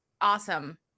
awesome